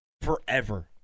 forever